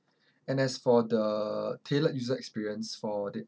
and as for the tailored user experience for